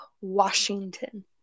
Washington